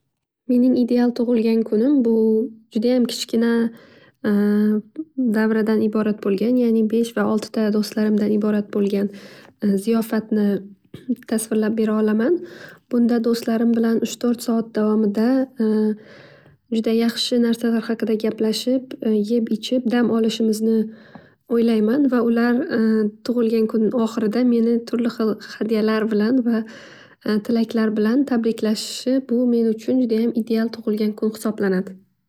Mening ideal tug'ilgan kunim bu judayam kichkina davradan iborat bo'lgan ya'ni besh va oltita do'stlarimdan iborat bo'lgan ziyofatni tasvirlab berolaman. Bunda do'stlarim bilan uch to'rt soat juda yaxshi narsalar haqida gaplashib, yeb ichib dam olishimizni o'ylayman. Va ular tug'ulgan kun ohirida meninturli xil sovg'alar bilan va tilaklar bilan tabriklashi bu men uchun judayam ideal tug'ulgan kun hisoblanadi.